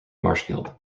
marshfield